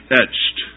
etched